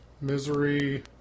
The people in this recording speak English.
Misery